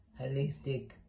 holistic